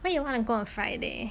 where you wanna go on friday